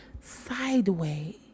sideways